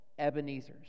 Ebenezers